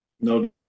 No